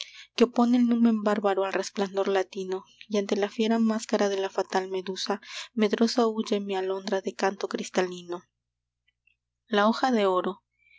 que opone el numen bárbaro al resplandor latino y ante la fiera máscara de la fatal medusa medrosa huye mi alondra de canto cristalino la hoja de oro